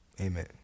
Amen